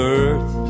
earth